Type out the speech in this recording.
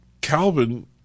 Calvin